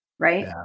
right